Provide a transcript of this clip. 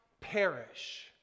perish